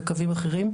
בקווים אחרים,